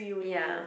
ya